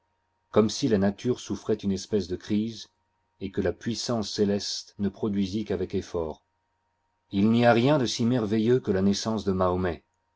comme si la nature souffroit une espèce de crise et que la puissance céleste ne produisît qu'avec effort il n'y a rien de si merveilleux que la naissance de mahomet